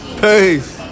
Peace